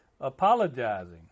apologizing